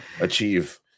achieve